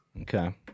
Okay